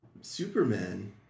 Superman